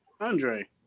Andre